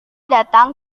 datang